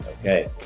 Okay